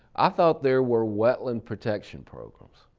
i thought there were wetland protection programs.